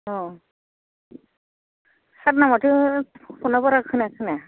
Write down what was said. अ सारना माथो फना बारा खोनाया खोनाया